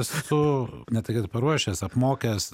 esu ne tai kad paruošęs apmokęs